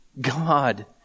God